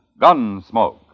Gunsmoke